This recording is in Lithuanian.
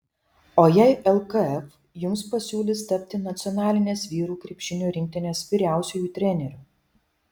o jei lkf jums pasiūlys tapti nacionalinės vyrų krepšinio rinktinės vyriausiuoju treneriu